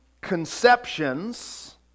conceptions